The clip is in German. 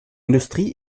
industrie